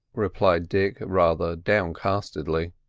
replied dick, rather downcastedly.